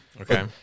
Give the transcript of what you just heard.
okay